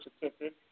certificate